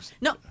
No